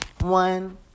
one